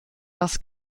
das